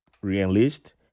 re-enlist